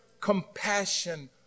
compassion